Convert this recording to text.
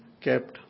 kept